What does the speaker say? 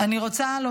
מה